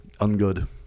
ungood